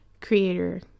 creator